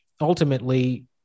ultimately